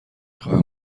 خواهم